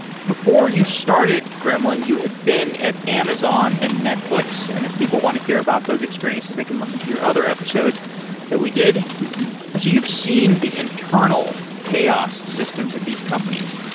before you started gremlin, you had been at amazon and netflix, and if people want to hear about those experiences, they can listen to your other episode that we did. so you've seen the internal chaos systems that these companies,